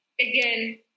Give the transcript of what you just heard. again